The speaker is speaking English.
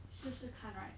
试试看 right